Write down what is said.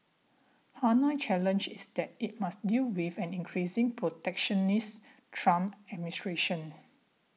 Hanoi's challenge is that it must deal with an increasing protectionist Trump administration